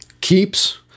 keeps